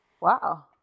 wow